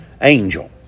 angel